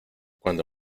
cuando